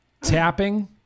tapping